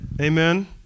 Amen